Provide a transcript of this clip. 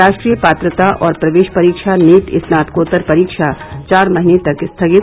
राष्ट्रीय पात्रता और प्रवेश परीक्षा नीट स्नातकोत्तर परीक्षा चार महीने तक स्थगित